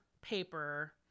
paper